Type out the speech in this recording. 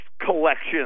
collection